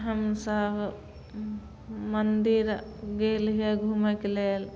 हमसब मन्दिर गेलियै घुमैके लेल